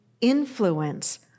influence